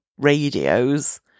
radios